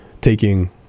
taking –